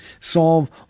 solve